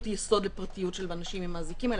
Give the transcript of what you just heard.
יסוד לפרטיות של אנשים עם האזיקים האלה.